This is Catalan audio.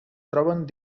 troben